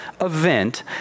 event